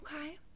okay